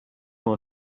more